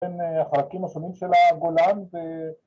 ‫בין החלקים השונים של הגולן.